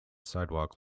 sidewalk